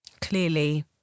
clearly